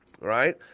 right